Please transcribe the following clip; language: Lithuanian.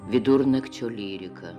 vidurnakčio lyrika